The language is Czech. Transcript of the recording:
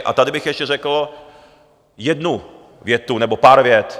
A tady bych ještě řekl jednu větu, nebo pár vět.